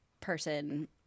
person